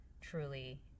truly